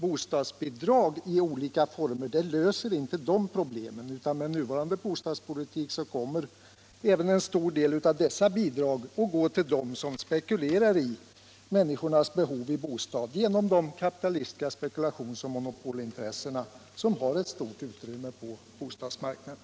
Bostadsbidrag i olika former löser inte de problemen, utan med nuvarande bostadspolitik kommer även en stor del av dessa bidrag att gå till dem som spekulerar i människornas behov av bostäder, eftersom monopolintressenas spekulation har ett stort utrymme på bostadsmarknaden.